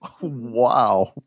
Wow